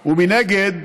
ומנגד,